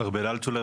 ארבל אלטושלר,